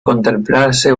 contemplarse